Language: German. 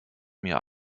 mir